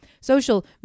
Social